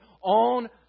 on